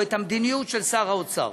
או את המדיניות של שר האוצר.